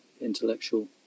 intellectual